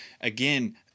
again